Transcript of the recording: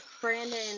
brandon